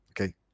Okay